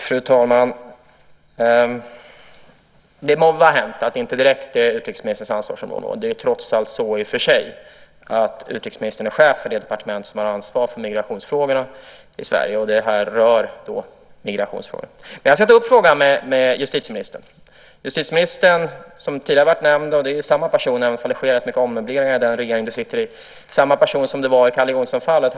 Fru talman! Det må vara hänt att det inte direkt är utrikesministerns ansvarsområde, men utrikesministern är trots allt chef för det departement som har ansvar för migrationsfrågorna i Sverige, och det här rör migrationsfrågor. Jag ska ta upp frågan med justitieministern. Justitieministern är fortfarande densamme, även om det skett stora ommöbleringar i den regering Laila Freivalds sitter i. Justitieministern är samma person som i Calle Jonsson-fallet.